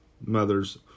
mothers